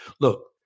Look